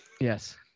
Yes